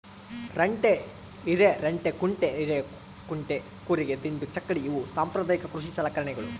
ರಂಟೆ ಹಿರೆರಂಟೆಕುಂಟೆ ಹಿರೇಕುಂಟೆ ಕೂರಿಗೆ ದಿಂಡು ಚಕ್ಕಡಿ ಇವು ಸಾಂಪ್ರದಾಯಿಕ ಕೃಷಿ ಸಲಕರಣೆಗಳು